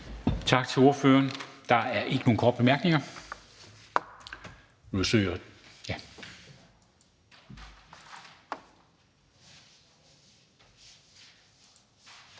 Tak til ordføreren. Der er ingen korte bemærkninger.